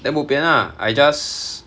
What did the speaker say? then bo pian ah I just